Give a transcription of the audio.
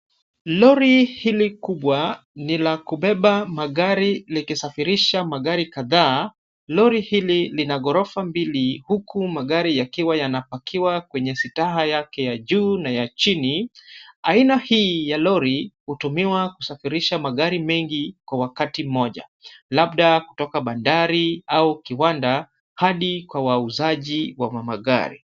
Lori hili kubwa ni la kubeba magari likisafirisha magari kadhaa. Lori hili lina ghorofa mbili huku magari yakiwa yanapakiwa kwenye staha yake ya juu na ya chini. Aina hii ya lori hutumiwa kusafirisha magari mengi kwa wakati mmoja, labda kutoka bandari au kiwanda hadi kwa wauzaji wa magari.